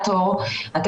שלום.